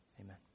Amen